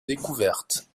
découverte